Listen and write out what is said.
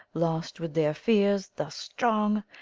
lost with their fears thus strong,